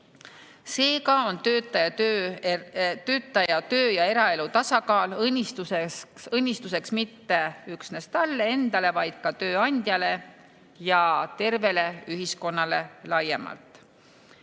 Seega on töötaja töö- ja eraelu tasakaal õnnistuseks mitte üksnes talle endale, vaid ka tööandjale ja tervele ühiskonnale laiemalt.